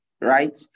right